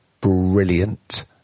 brilliant